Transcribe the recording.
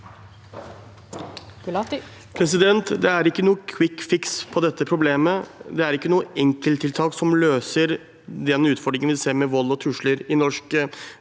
Det er ikke noen kvikkfiks på dette problemet. Det er ikke noe enkelttiltak som løser den utfordringen vi ser med vold og trusler i norsk